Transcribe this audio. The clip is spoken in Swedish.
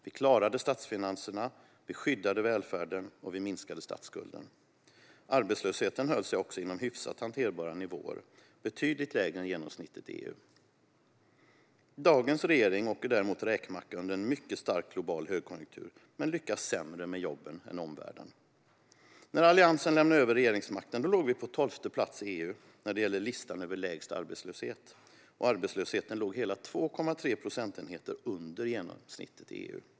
Vi klarade statsfinanserna, skyddade välfärden och minskade statsskulden. Arbetslösheten höll sig också inom hyfsat hanterbara nivåer, betydligt lägre än genomsnittet i EU. Dagens regering åker däremot räkmacka under en mycket stark global högkonjunktur, men lyckas sämre med jobben än omvärlden. När Alliansen lämnade över regeringsmakten låg vi på 12:e plats i EU på listan över lägst arbetslöshet, och arbetslösheten låg hela 2,3 procentenheter under genomsnittet i EU.